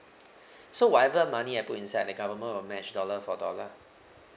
so whatever money I put inside the government will match dollar for dollar